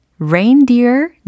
Reindeer